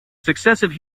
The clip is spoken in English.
successive